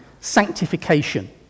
Sanctification